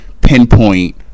Pinpoint